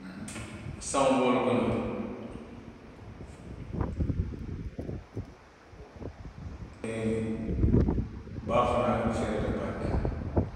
Saŋo be wolu kono le, baa fanaŋ feereeta baake le